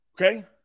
Okay